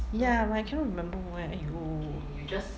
ya but I cannot remember where !aiyo!